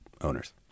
owners